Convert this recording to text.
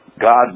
God